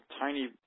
tiny